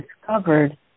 discovered